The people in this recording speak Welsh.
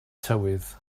tywydd